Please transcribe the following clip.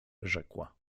rzekła